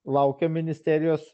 laukiam ministerijos